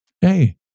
Hey